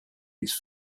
his